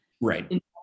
Right